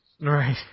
Right